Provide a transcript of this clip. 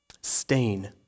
Stain